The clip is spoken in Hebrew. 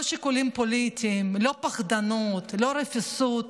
לא שיקולים פוליטיים, לא פחדנות, לא רפיסות.